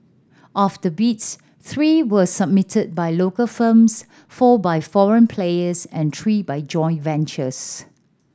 of the bids three were submitted by local firms four by foreign players and three by joint ventures